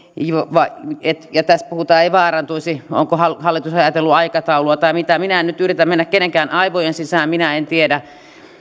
tässä puhutaan että ei vaarantuisi onko hallitus ajatellut aikataulua tai mitä minä en nyt yritä mennä kenenkään aivojen sisään minä en tiedä